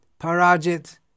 parajit